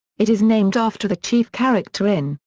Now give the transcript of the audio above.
it is named after the chief character in,